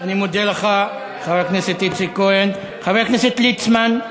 אני מודה לך, חבר הכנסת איציק כהן.